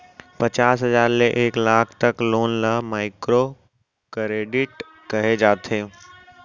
पचास हजार ले एक लाख तक लोन ल माइक्रो करेडिट कहे जाथे